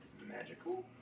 Magical